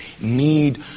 need